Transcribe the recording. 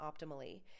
optimally